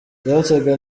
zasaga